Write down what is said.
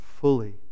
fully